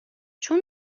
چون